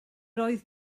oedd